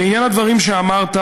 לעניין הדברים שאמרת,